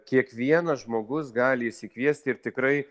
kiekvienas žmogus gali išsikviesti ir tikrai